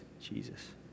Jesus